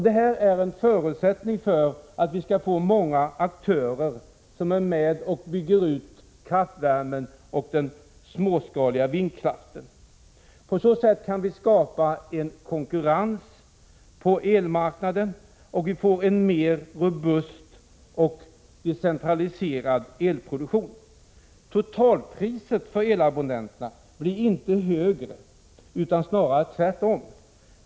Det är en förutsättning för att vi skall få många aktörer som är med och bygger ut kraftvärmen och den småskaliga vindkraften. På så sätt kan vi skapa en konkurrens på elmarknaden och få en mer robust och decentraliserad elproduktion. Totalpriset för elabonnenterna blir inte högre utan snarare tvärtom.